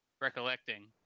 recollecting